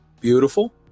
Beautiful